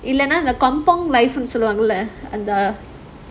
இல்லனா இந்த:illana indha kampung life னு சொல்வங்கள:nu solvangala